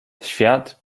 świat